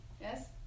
Yes